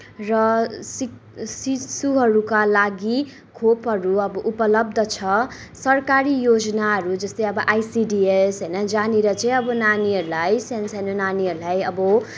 र शिशु शिशुहरूका लागि खोपहरू अब उपलब्ध छ सरकारी योजनाहरू जस्तै अब आइसिडिएस होइन जहाँनिर चाहिँ अब नानीहरूलाई साना साना नानीहरूलाई अब